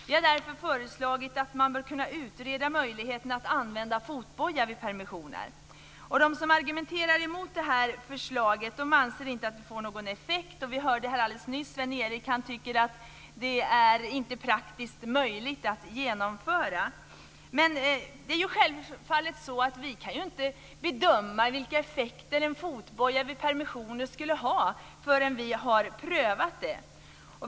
Vi har därför föreslagit att man bör kunna utreda möjligheten att använda fotboja vid permissioner. De som argumenterar mot detta förslag anser inte att det får någon effekt. Och vi hörde här alldeles nyss Sven-Erik Sjöstrand som inte tycker att det är praktiskt möjligt att genomföra detta. Men det är ju självfallet så att vi inte kan bedöma vilka effekter en fotboja vid permission skulle ha förrän vi har prövat det.